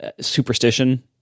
superstition